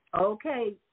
Okay